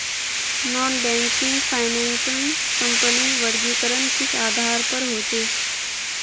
Non banking finance कंपनीर वर्गीकरण किस आधार पर होचे?